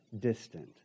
distant